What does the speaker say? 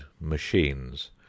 machines